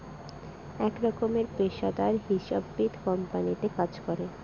এক রকমের পেশাদার হিসাববিদ কোম্পানিতে কাজ করে